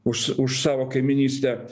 už už savo kaimynystę